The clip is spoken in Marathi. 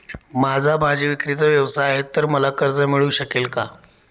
माझा भाजीविक्रीचा व्यवसाय आहे तर मला कर्ज मिळू शकेल का?